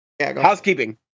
Housekeeping